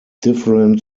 different